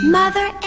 mother